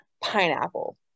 pineapple